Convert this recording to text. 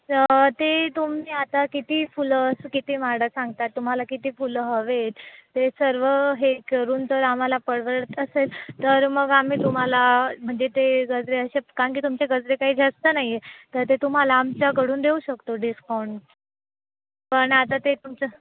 तर ते तुम्ही आता किती फुलं असं किती माळं सांगतात तुम्हाला किती फुलं हवे आहेत ते सर्व हे करून तर आम्हाला परवडत असेल तर मग आम्ही तुम्हाला म्हणजे ते गजरे असे कारण की तुमचे गजरे काही जास्त नाही आहे तर ते तुम्हाला आमच्याकडून देऊ शकतो डिस्काउंट पण आता ते तुमचं